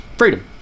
Freedom